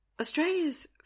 Australia's